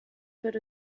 built